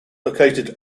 located